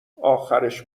آخرش